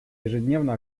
ежедневно